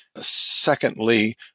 secondly